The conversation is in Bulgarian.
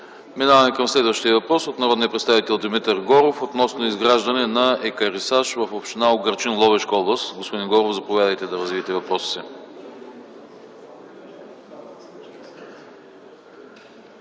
Преминаваме към следващия въпрос – от народния представител Димитър Горов, относно изграждане на екарисаж в община Угърчин, Ловешка област. Господин Горов, заповядайте да развиете въпроса